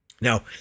now